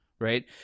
right